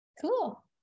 Cool